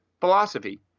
philosophy